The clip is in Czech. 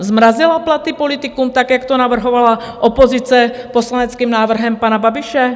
Zmrazila platy politikům tak, jak to navrhovala opozice poslaneckým návrhem pana Babiše?